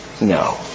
No